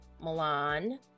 Milan